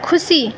खुसी